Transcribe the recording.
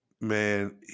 Man